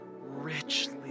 richly